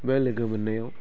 बे लोगो मोन्नायाव